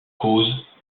cause